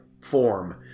form